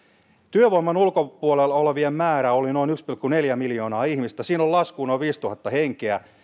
työvoiman ulkopuolella olevien määrä oli noin yksi pilkku neljä miljoonaa ihmistä siinä on laskua noin viisituhatta henkeä